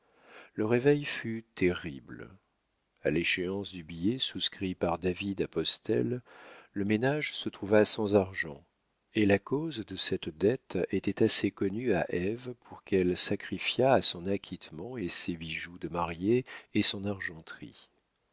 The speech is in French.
le réveil fut terrible a l'échéance du billet souscrit par david à pastel le ménage se trouva sans argent et la cause de cette dette était assez connue à ève pour qu'elle sacrifiât à son acquittement et ses bijoux de mariée et son argenterie